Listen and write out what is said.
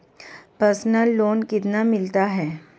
Personal loan कितना मिलता है?